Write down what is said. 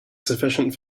sufficient